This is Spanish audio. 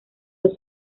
los